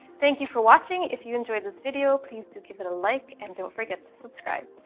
thank you for watching! if you enjoyed this video please do give it a like and don't forget to subscribe!